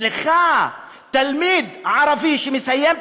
סליחה, תלמיד ערבי שמסיים תיכון,